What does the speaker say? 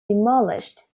demolished